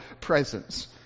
presence